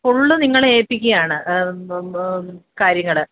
full നിങ്ങളെ കാര്യങ്ങൾ